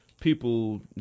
people